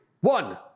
one